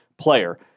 player